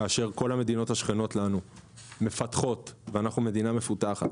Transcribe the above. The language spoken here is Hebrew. כאשר כל המדינות השכנות לנו מפתחות ואנחנו מדינה מפותחת